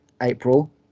April